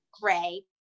gray